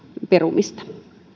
perumista